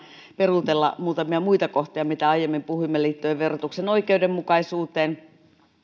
peruutella muutamia muita kohtia mistä aiemmin puhuimme liittyen verotuksen oikeudenmukaisuuteen